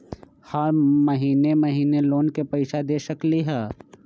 हम महिने महिने लोन के पैसा दे सकली ह?